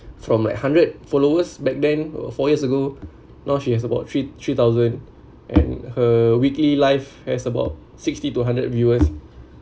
from like hundred followers back then uh four years ago now she has about three thousand and her weekly live has about sixty to hundred viewers